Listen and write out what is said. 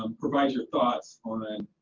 um provide your thoughts on and